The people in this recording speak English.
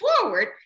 forward